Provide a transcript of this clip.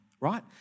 right